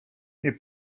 nie